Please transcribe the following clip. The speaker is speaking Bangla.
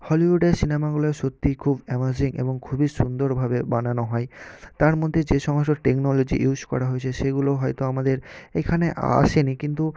হলিউডের সিনেমাগুলো সত্যি খুব অ্যামাজিং এবং খুবই সুন্দরভাবে বানানো হয় তার মধ্যে যে সমস্ত টেকনোলজি ইউজ করা হয়েছে সেগুলো হয়তো আমাদের এখানে আসেনি কিন্তু